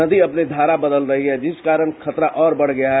नदी अपनी धारा बदल रही है जिस कारण खतरा और बढ़ गया है